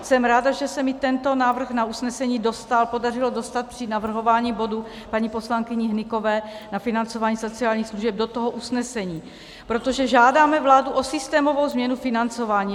Jsem ráda, že se mi tento návrh na usnesení podařilo dostat při navrhování bodu paní poslankyně Hnykové na financování sociálních služeb do toho usnesení, protože žádáme vládu o systémovou změnu financování.